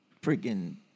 freaking